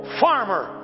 farmer